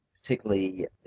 Particularly